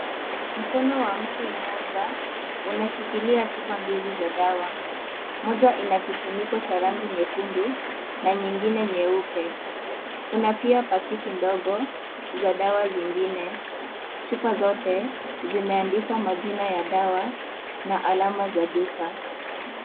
Mkono wa mtu mmoja unashikilia chupa mbili za dawa. Moja ina kifuniko cha rangi nyekundu na nyingine nyeupe. Kuna pia pakiti ndogo za dawa zingine. Chupa zote zimeandikwa majina ya dawa na alama za duka.